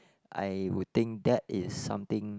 I would think that is something